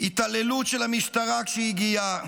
התעללות של המשטרה כשהגיעה,